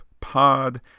pod